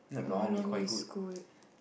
oh lor-mee is good